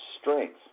strength